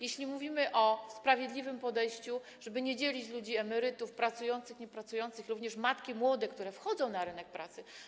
Jeśli mówimy o sprawiedliwym podejściu, żeby nie dzielić ludzi, emerytów, pracujących, niepracujących, również młodych matek, które wchodzą na rynek pracy.